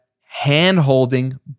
hand-holding